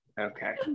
okay